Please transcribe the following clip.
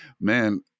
man